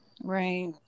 Right